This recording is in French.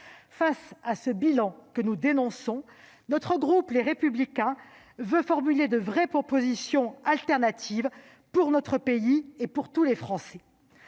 Face à ce bilan, que nous dénonçons, le groupe Les Républicains veut formuler de véritables propositions alternatives pour notre pays et pour tous les Français.